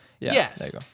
yes